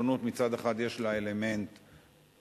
השונות מצד אחד יש לה אלמנט חיובי,